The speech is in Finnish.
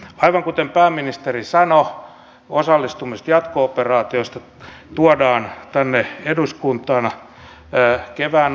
aivan kuten pääministeri sanoi osallistumiset jatko operaatioihin tuodaan tänne eduskuntaan kevään aikaan